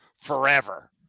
forever